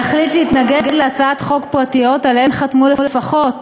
להחליט להתנגד להצעות חוק פרטיות שעליהן חתמו לפחות